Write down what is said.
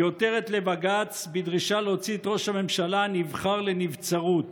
היא עותרת לבג"ץ בדרישה להוציא את ראש הממשלה הנבחר לנבצרות,